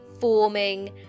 forming